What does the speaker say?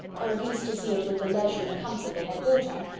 or at least to see it with the leisure and comfort they had built on,